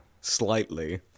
Slightly